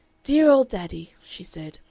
dear old daddy, she said,